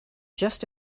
just